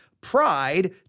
Pride